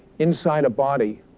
inside a body,